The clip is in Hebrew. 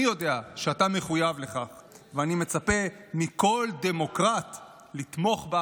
אני יודע שאתה מחויב לכך ואני מצפה מכל דמוקרט לתמוך בה